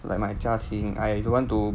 like my 家庭 I don't want to